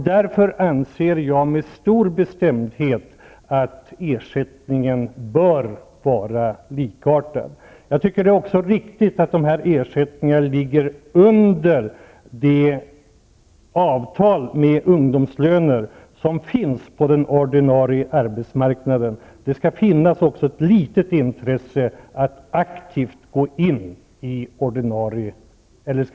Därför anser jag med stor bestämdhet att ersättningarna bör vara likartade. Jag tycker också att det är riktigt att ersättningen ligger under de avtal om ungdomslöner som finns på den ordinarie arbetsmarknaden. Det skall också finnas ett stort intresse att aktivt skaffa sig ett ordinarie jobb.